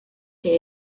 que